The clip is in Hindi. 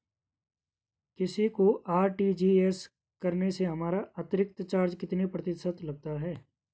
किसी को आर.टी.जी.एस करने से हमारा अतिरिक्त चार्ज कितने प्रतिशत लगता है?